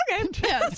okay